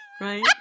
Right